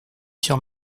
sur